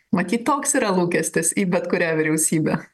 matyt toks yra lūkestis į bet kurią vyriausybę